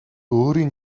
өөрийн